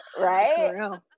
right